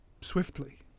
swiftly